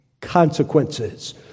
consequences